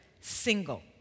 single